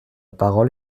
parole